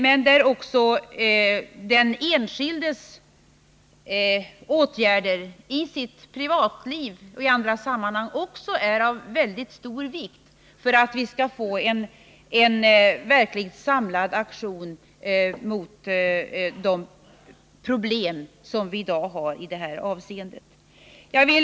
Men även den enskildes åtgärder, i dennes privatliv och i andra sammanhang, är av mycket stor vikt för att vi skall få en verkligt samlad aktion mot de problem som vi i detta avseende i dag har.